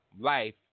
life